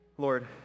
Lord